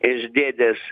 iš dėdės